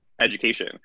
education